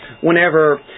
whenever